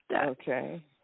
Okay